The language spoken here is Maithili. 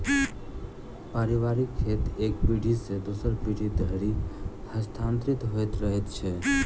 पारिवारिक खेत एक पीढ़ी सॅ दोसर पीढ़ी धरि हस्तांतरित होइत रहैत छै